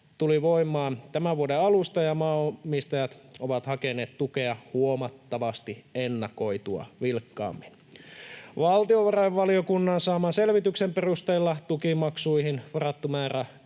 tuli voimaan tämän vuoden alusta, ja maanomistajat ovat hakeneet tukea huomattavasti ennakoitua vilkkaammin. Valtiovarainvaliokunnan saaman selvityksen perusteella tukimaksuihin varattu määräraha